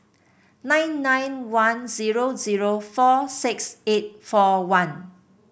nine nine one zero zero four six eight four one